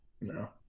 No